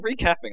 recapping